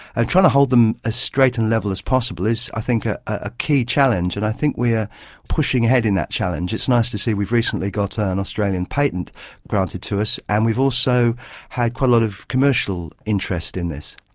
and trying to hold them as straight and level as possible is i think ah a key challenge. and i think we are pushing ahead in that challenge. it's nice to see we recently got an australian patent granted to us, and we've also had quite a lot of commercial interest in this.